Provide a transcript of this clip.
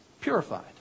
purified